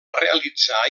realitzar